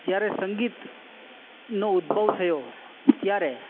જ્યારે સંગીતનો ઉદ્ભવ થયો ત્યારે